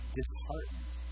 disheartened